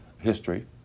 history